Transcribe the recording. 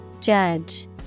Judge